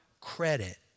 credit